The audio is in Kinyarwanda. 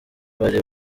bari